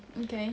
okay